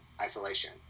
isolation